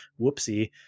Whoopsie